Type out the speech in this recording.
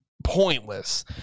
pointless